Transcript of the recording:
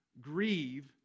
Grieve